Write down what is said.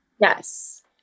Yes